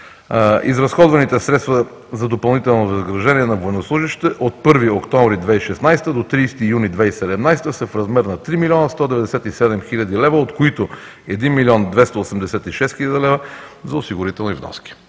Изразходваните средства за допълнителни възнаграждения на военнослужещите от 1 октомври 2016 г. до 30 юни 2017 г. са в размер на 3 млн. 197 хил. лв., от които 1 млн. 286 хил. лв. за осигурителни вноски.